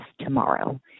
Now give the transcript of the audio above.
tomorrow